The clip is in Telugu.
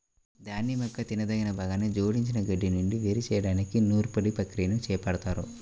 ధాన్యం యొక్క తినదగిన భాగాన్ని జోడించిన గడ్డి నుండి వేరు చేయడానికి నూర్పిడి ప్రక్రియని చేపడతారు